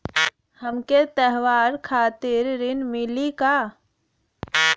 हमके त्योहार खातिर ऋण मिली का?